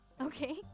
Okay